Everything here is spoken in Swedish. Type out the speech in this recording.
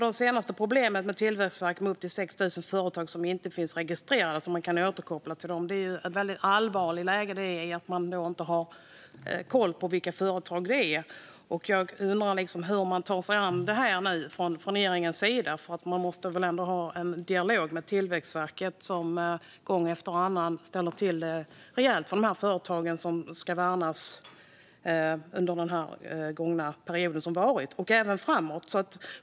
Det senaste problemet med Tillväxtverket är att upp till 6 000 företag inte finns registrerade så att man kan återkoppla till dem. Det är ett väldigt allvarligt läge att man inte har koll på vilka företag det är. Jag undrar hur man nu tar sig an det från regeringens sida. Man måste väl ändå ha en dialog med Tillväxtverket som gång efter annan ställt till det rejält för företagen som skulle värnas under den gångna perioden och även framåt.